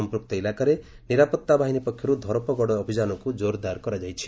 ସମ୍ପୃକ୍ତ ଇଲାକାରେ ନିରାପତ୍ତା ବାହିନୀ ପକ୍ଷରୁ ଧରପଗଡ଼ ଅଭିଯାନକୁ ଜୋର୍ଦାର କରାଯାଇଛି